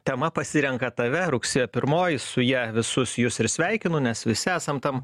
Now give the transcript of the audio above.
tema pasirenka tave rugsėjo pirmoji su ja visus jus ir sveikinu nes visi esam tam